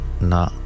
na